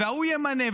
וההוא ימנה,